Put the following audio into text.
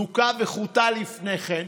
נוקה וחוטא לפני כן,